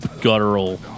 guttural